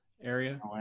area